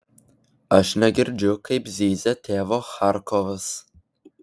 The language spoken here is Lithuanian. aš negirdžiu kaip zyzia tėvo charkovas